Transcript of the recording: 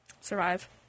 Survive